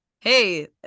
hey